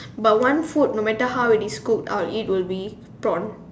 but one food no matter how it is cooked I'll eat will be prawn